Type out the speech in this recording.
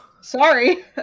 Sorry